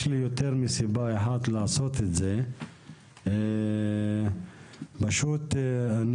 יש לי יותר מסיבה אחת לעשות את זה - פשוט אני